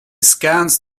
scans